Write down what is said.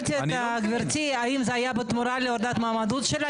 שאלתי את גברתי האם זה היה בתמורה להורדת מועמדות שלה,